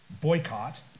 boycott